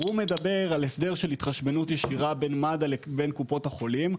והוא מדבר על הסדר של התחשבנות ישירה בין מד"א לבין קופות החולים.